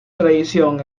tradición